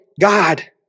God